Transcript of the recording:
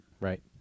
Right